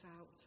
out